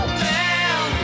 man